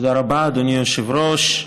תודה רבה, אדוני היושב-ראש.